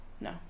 No